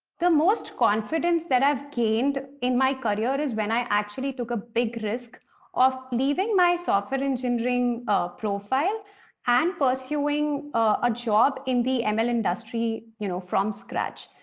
the most confidence that i've gained in my career is when i actually took a big risk of leaving my software engineering profile and pursuing a job in the ml industry you know from scratch.